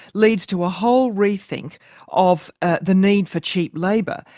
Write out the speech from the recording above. leads to a whole rethink of ah the need for cheap labour,